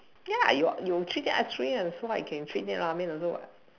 ya you you treat them ice cream so what I can treat them Ramen also what